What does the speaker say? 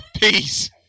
Peace